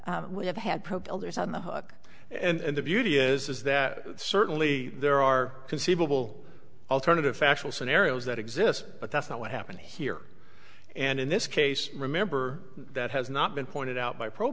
builders on the hook and the beauty is that certainly there are conceivable alternative factual scenarios that exist but that's not what happened here and in this case remember that has not been pointed out by pro